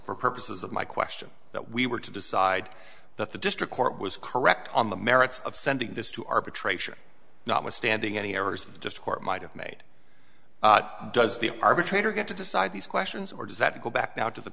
for purposes of my question that we were to decide that the district court was correct on the merits of sending this to arbitration notwithstanding any errors just court might have made does the arbitrator get to decide these questions or does that go back now to the